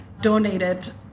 donated